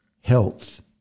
health